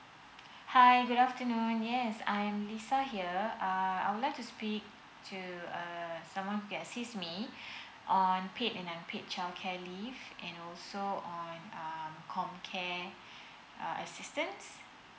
hi good afternoon yes I am lisa here uh I would like to speak to uh someone who can assist me on paid and I upaid childcare leave and also on um comcare uh assistance